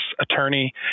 attorney